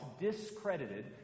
discredited